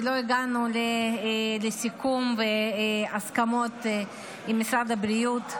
כי לא הגענו לסיכום והסכמות עם משרד הבריאות,